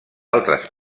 altres